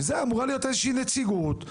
אמורה להיות איזושהי נציגות,